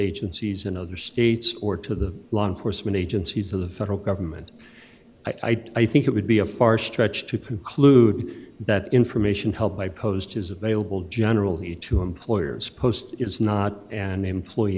agencies in other states or to the law enforcement agencies of the federal government i think it would be a far stretch to conclude that information help by post is available general he to employers post is not an employee